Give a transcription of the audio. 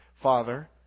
Father